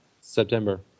September